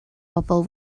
pobl